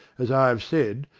as i have said,